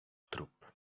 trup